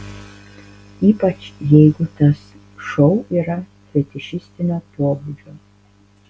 ypač jeigu tas šou yra fetišistinio pobūdžio